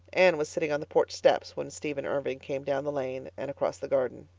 anne was sitting on the porch steps when stephen irving came down the lane and across the garden.